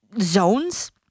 zones